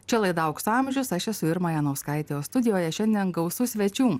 čia laida aukso amžius aš esu irma janauskaitė o studijoje šiandien gausu svečių